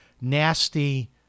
nasty